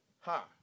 Ha